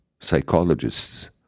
psychologists